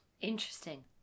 Interesting